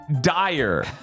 dire